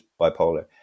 bipolar